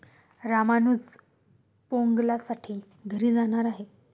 रामानुज पोंगलसाठी घरी जाणार आहे